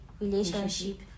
relationship